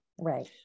Right